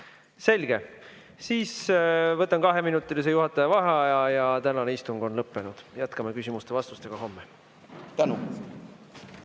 Selge. Siis võtan kaheminutilise juhataja vaheaja ja tänane istung on lõppenud. Jätkame küsimuste ja vastustega homme.